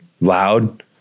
loud